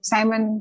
Simon